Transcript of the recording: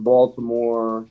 Baltimore